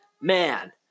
Man